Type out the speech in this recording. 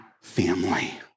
family